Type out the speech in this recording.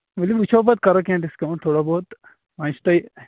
ؤلِو وٕچھو پَتہٕ کَرو کیٚنہہ ڈِسکاوُنٛٹ ٹھوڑا بہت وۄنۍ چھِو تۄہہِ